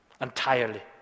entirely